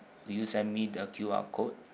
do you send me the Q_R code